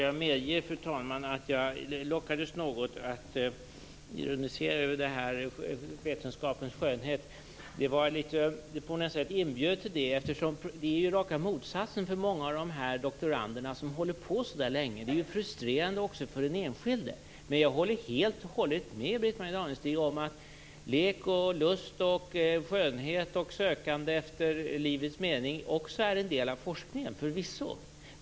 Fru talman! Jag medger att jag lockades något att ironisera över vetenskapens skönhet. Jag inbjöds på något sätt till det. För många av doktoranderna som håller på så länge är ju situationen den raka motsatsen. Det är ju frustrerande också för den enskilde. Jag håller helt och hållet med Britt-Marie Danestig om att lek, lust, skönhet och sökande efter livets mening också är en del av forskningen, förvisso.